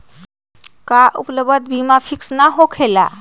का उपलब्ध बीमा फिक्स न होकेला?